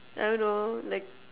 I don't know like